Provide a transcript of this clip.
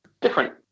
different